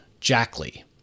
Jackley